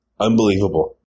Unbelievable